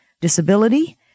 disability